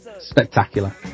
spectacular